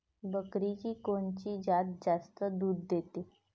बकरीची कोनची जात जास्त दूध देते?